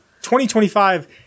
2025